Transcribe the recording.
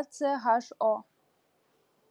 echo